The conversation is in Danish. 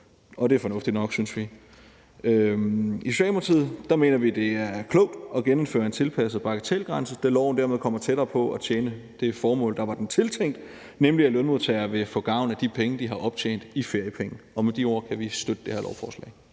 vi er fornuftigt nok. I Socialdemokratiet mener vi, det er klogt at genindføre en tilpasset bagatelgrænse, da loven dermed kommer tættere på at tjene det formål, der var den tiltænkt, nemlig at lønmodtagere vil få gavn af de penge, de har optjent i feriepenge. Og med de ord kan vi støtte det her lovforslag.